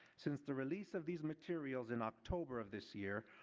since the release of these materials in october of this year,